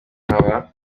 nkaba